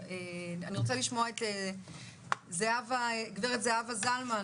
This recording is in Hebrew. אני רוצה לשמוע את גברת זהבה זלמן